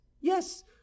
yes